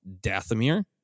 Dathomir